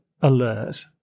alert